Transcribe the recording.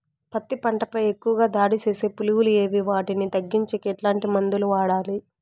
పత్తి పంట పై ఎక్కువగా దాడి సేసే పులుగులు ఏవి వాటిని తగ్గించేకి ఎట్లాంటి మందులు వాడాలి?